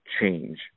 change